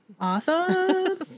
Awesome